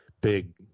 big